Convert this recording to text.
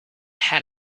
had